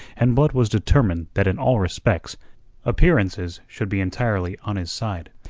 and blood was determined that in all respects appearances should be entirely on his side.